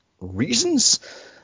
reasons